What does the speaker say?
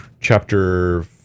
chapter